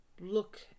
look